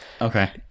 Okay